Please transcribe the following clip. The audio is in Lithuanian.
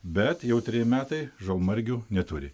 bet jau treji metai žalmargių neturi